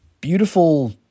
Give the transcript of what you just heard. beautiful